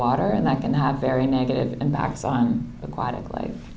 water and i can have very negative impacts on aquatic life